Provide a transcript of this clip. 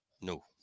No